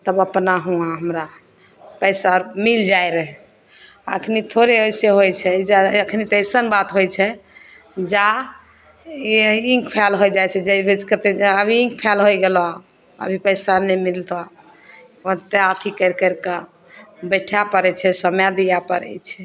तब अपना हुआँ हमरा पइसा मिलि जाइ रहै एखन थोड़े अइसे होइ छै एखन तऽ अइसन बात होइ छै जा लिन्क फेल होइ जाइ छै जएबै तऽ कहतै अभी लिन्क फेल होइ गेलऽ अभी पइसा नहि मिलतऽ ओत्ते अथी करि करिके बैठै पड़ै छै समय दिए पड़ै छै